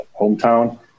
Hometown